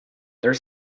there